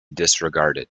disregarded